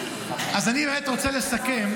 אז אני באמת רוצה לסכם.